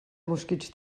mosquits